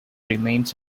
remains